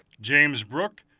james brooke,